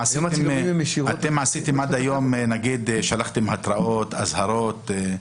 עד היום האם שלחתם התראות, אזהרות?